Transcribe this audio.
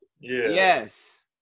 Yes